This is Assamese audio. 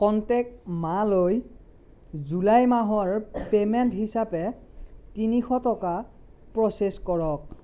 কন্টেক্ট মা লৈ জুলাই মাহৰ পেমেণ্ট হিচাপে তিনিশ টকা প্ৰ'চেছ কৰক